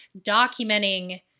documenting